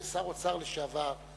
כשר האוצר לשעבר,